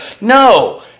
No